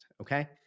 Okay